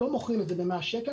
לא מוכרים את זה ב-100 שקלים,